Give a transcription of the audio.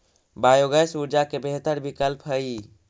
biogas ऊर्जा के बेहतर विकल्प हई